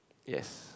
yes